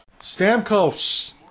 Stamkos